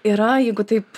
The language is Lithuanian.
yra jeigu taip